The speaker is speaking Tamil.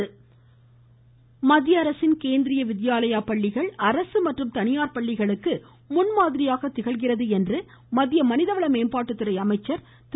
பிரகாஷ் ஜவ்டேகர் மத்திய அரசின் கேந்திரீய வித்யாலயா பள்ளிகள் அரசு மற்றும் தனியார் பள்ளிகளுக்கு முன்மாதிரியாக திகழ்கிறது என்று மத்திய மனிதவள மேம்பாட்டுத்துறை அமைச்சர் திரு